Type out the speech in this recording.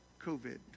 COVID